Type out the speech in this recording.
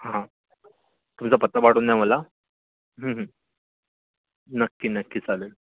हां हां तुमचा पत्ता पाठवून द्या मला नक्की नक्की चालेल